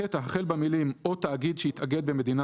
הקטע החל במילים "או תאגיד שהתאגד במדינה